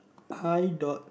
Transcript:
high dot